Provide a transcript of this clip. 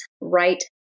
right